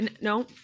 no